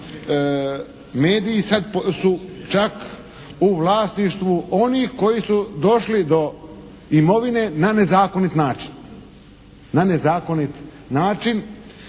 mediji sad su čak u vlasništvu onih koji su došli do imovine na nezakonit način i zbog toga